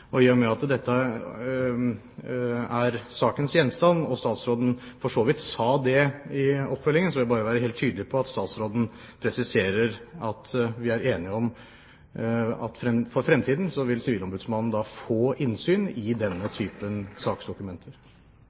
I og med at det er dette som er gjenstand for saken, og statsråden for så vidt sa det i oppfølgingen, vil jeg bare at det skal være helt tydelig og at statsråden presiserer at vi er enige om at for fremtiden vil Sivilombudsmannen da få innsyn i denne typen saksdokumenter.